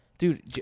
Dude